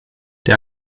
der